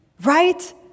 right